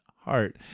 heart